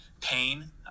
pain